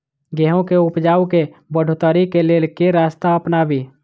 गेंहूँ केँ उपजाउ केँ बढ़ोतरी केँ लेल केँ रास्ता अपनाबी?